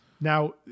Now